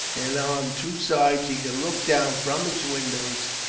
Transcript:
and on two sides he could look down from his windows,